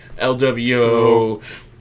LWO